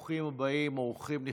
הצעות לסדר-היום מס' 2374,